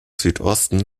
südosten